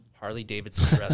Harley-Davidson